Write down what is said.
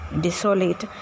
desolate